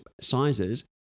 sizes